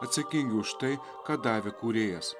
atsakingi už tai ką davė kūrėjas